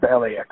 LAX